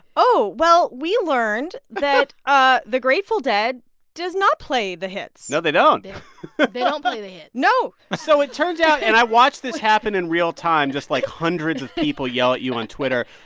oh, well, we learned that ah the grateful dead does not play the hits no, they don't yeah they don't play the hits no so it turns out and i watched this happen in real time, just like hundreds of people yell at you on twitter.